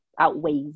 outweighs